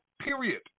period